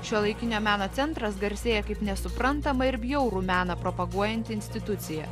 šiuolaikinio meno centras garsėja kaip nesuprantamą ir bjaurų meną propaguojanti institucija